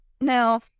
Now